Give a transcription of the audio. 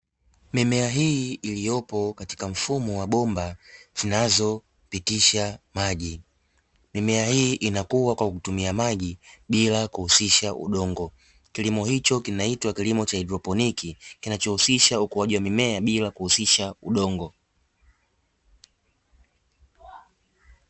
Mimea hii iliyopo katika mfumo wa bomba zinazopitisha maji. Mimea hii inakua kwa kutumia maji bila kuhusisha udongo. Kilimo hicho kinaitwa kilimo cha haidroponin kinachohusisha ukuaji wa mimea bila kuhusisha udongo.